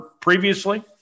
previously